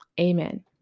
Amen